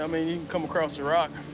i mean, you can come across the rock,